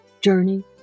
Journey